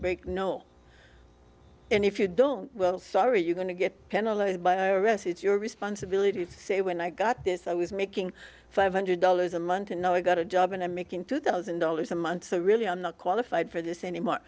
big no and if you don't well sorry you're going to get penalized by a rest it's your responsibility to say when i got this i was making five hundred dollars a month and now i got a job and i'm making two thousand dollars a month so really i'm not qualified for this anymore